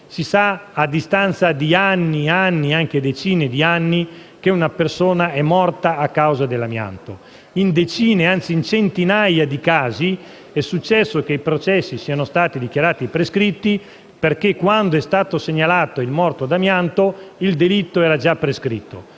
Si sa, a distanza di anni e anni, anche decine di anni, che una persona è morta a causa dell'amianto. In decine, anzi in centinaia di casi, è successo che i processi siano stati dichiarati prescritti perché, quando è stato segnalato il morto d'amianto, il delitto era già prescritto.